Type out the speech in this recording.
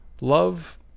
Love